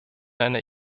einer